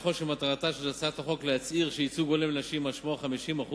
ככל שמטרתה של הצעת החוק להצהיר שייצוג הולם לנשים משמעו 50%,